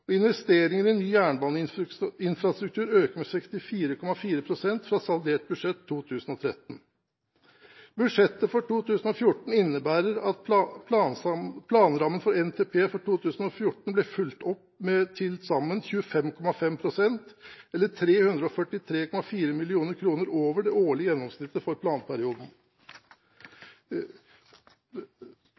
pst. investeringer i ny jernbaneinfrastruktur øker med 64,4 pst. fra saldert budsjett 2013 Budsjettet for 2014 innebærer at planrammen i NTP for 2014 blir fulgt opp med til sammen 25,5 pst. eller 341,4 mill. kr over det årlige gjennomsnittet for planperioden.